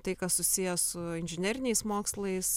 tai kas susiję su inžineriniais mokslais